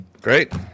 Great